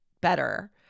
better